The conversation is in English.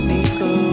Nico